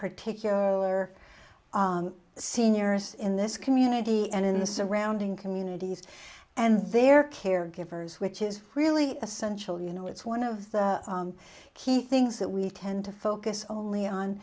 particular seniors in this community and in the surrounding communities and their caregivers which is really essential you know it's one of the key things that we tend to focus only